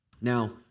Now